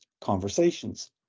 conversations